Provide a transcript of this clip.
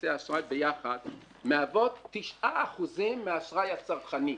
כרטיסי האשראי ביחד מהוות 9% מהאשראי הצרכני.